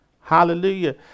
Hallelujah